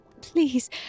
Please